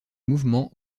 mouvement